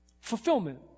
Fulfillment